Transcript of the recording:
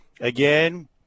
Again